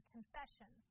Confession